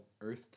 Earth